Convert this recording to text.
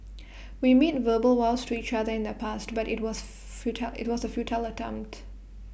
we made verbal vows to each other in the past but IT was futile IT was A futile attempt